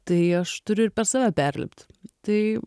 tai aš turiu ir per save perlipt tai